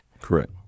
Correct